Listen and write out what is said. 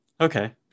Okay